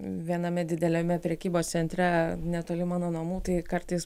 viename dideliame prekybos centre netoli mano namų tai kartais